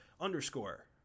underscore